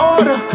Order